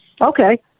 okay